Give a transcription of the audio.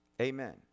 Amen